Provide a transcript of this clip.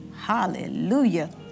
Hallelujah